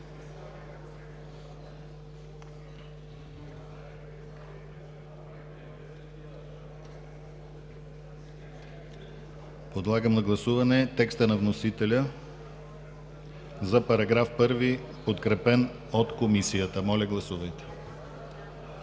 Подлагам на гласуване текста на вносителя за § 1, подкрепен от Комисията. Моля, гласувайте.